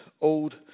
Old